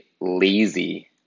lazy